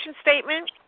statement